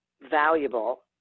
valuable